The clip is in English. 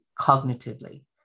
cognitively